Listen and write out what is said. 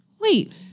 wait